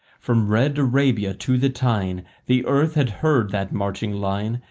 from red arabia to the tyne the earth had heard that marching-line,